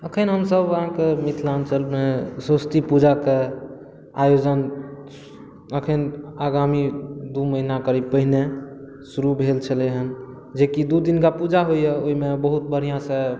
अखन हमसभ अहाँके मिथिलाञ्चल मे सरस्वती पूजा के आयोजन अखन आगामी दू महिना करीब पहिने शुरू भेल छलै हँ जेकि दू दिनका पूजा होइया ओहिमे बहुत बढ़िऑं सँ